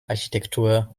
architektur